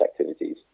activities